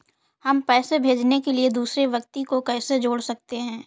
हम पैसे भेजने के लिए दूसरे व्यक्ति को कैसे जोड़ सकते हैं?